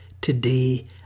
today